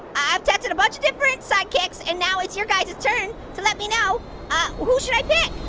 i've tested a bunch of different sidekicks, and now it's your guys's turn to let me know who should i pick?